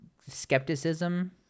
skepticism